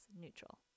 neutral